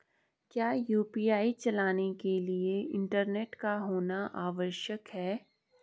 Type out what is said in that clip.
क्या यु.पी.आई चलाने के लिए इंटरनेट का होना आवश्यक है?